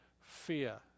Fear